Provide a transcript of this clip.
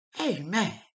amen